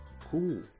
cool